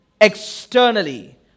Externally